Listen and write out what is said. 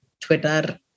Twitter